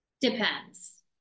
Depends